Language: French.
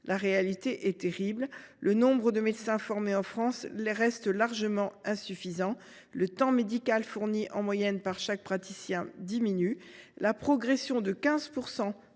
La réalité est terrible. Le nombre de médecins formés en France reste largement insuffisant. Le temps médical fourni en moyenne par chaque praticien diminue. La progression de 15